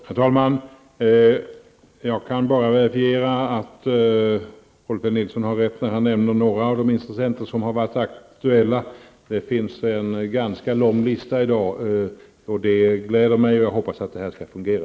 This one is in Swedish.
Herr talman! Jag kan bara verifiera att Rolf L Nilson har rätt när han nämner några av de intressenter som är aktuella. Det finns en ganska lång lista i dag, och det gläder mig. Jag hoppas att det här skall fungera.